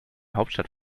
hauptstadt